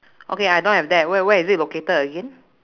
okay I don't have that wh~ where is it located again